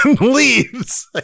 leaves